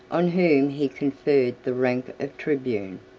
on whom he conferred the rank of tribune,